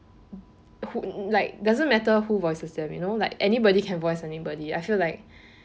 who like doesn't matter who voices them you know like anybody can voice anybody I feel like